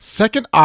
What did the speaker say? second